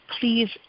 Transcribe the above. please